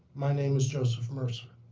my name is joseph mercer.